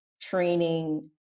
training